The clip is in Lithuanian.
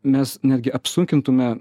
mes netgi apsunkintume